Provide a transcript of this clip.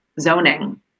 zoning